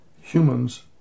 humans